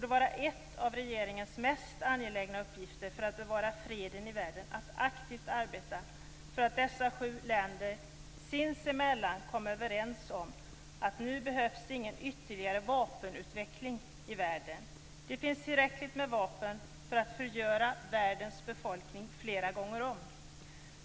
En av regeringens mest angelägna uppgifter för att bevara freden i världen borde vara att aktivt arbeta för att dessa sju länder sinsemellan kom överens om att det nu inte behövs någon ytterligare vapenutveckling i världen. Det finns tillräckligt med vapen för att förgöra världens befolkning flera gånger om.